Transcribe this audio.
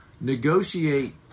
negotiate